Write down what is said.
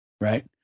right